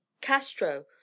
castro